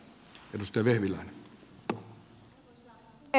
arvoisa puhemies